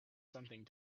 something